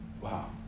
Wow